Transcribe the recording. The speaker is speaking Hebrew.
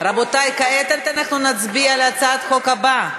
חבר הכנסת יגאל גואטה תומך,